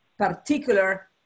Particular